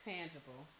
Tangible